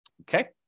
Okay